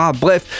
bref